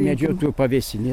medžiotojų pavėsinė